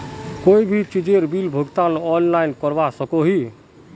कोई भी चीजेर बिल भुगतान ऑनलाइन करवा सकोहो ही?